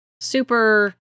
super